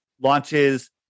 launches